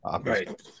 right